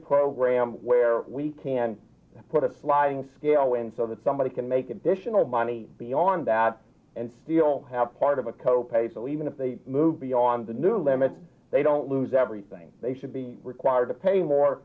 program where we can put a sliding scale in so that somebody can make additional money beyond that and still have part of a co pay so even if they move beyond the new limits they don't lose everything they should be required to pay more